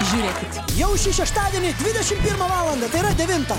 žiūrėkit jau šį šeštadienį dvidešimt pirmą valandą tai yra devintą